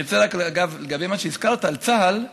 אגב, לגבי מה שהזכרת על צה"ל,